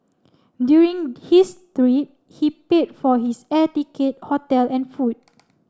during his three he paid for his air ticket hotel and food